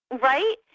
right